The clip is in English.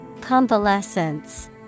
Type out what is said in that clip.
Convalescence